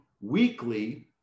weekly